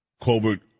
Colbert